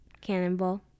Cannonball